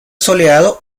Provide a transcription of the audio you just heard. soleado